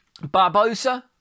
Barbosa